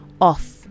off